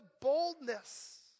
boldness